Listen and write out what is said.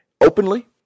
openly